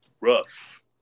Rough